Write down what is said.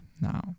now